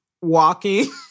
walking